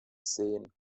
sehen